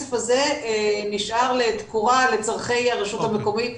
הכסף הזה נשאר לתקורה לצרכי הרשות המקומית,